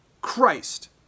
Christ